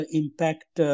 impact